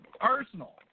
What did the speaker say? arsenal